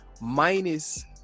minus